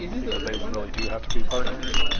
because they really do have to be partners.